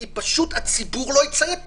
כי הציבור לא יציית.